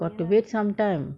got to wait some time